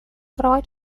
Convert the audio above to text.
права